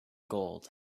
gold